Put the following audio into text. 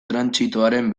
trantsitoaren